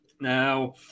Now